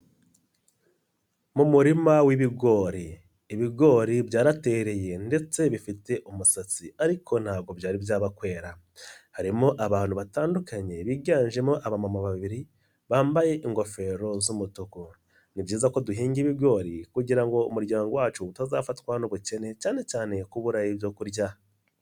Mu murima w'ibigori, ibigori byaratereye ndetse bifite umusatsi ariko ntabwo byari byaba kwera, harimo abantu batandukanye biganjemo abamama babiri bambaye ingofero z'umutuku, ni byiza ko duhinga ibigori kugira ngo umuryango wacu utazafatwa n'ubukeneye cyane cyane kubura ibyo kurya.